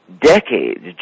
decades